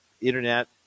internet